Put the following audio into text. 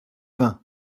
vingt